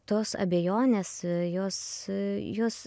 tos abejonės jos jos